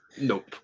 Nope